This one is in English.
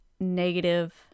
negative